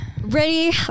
ready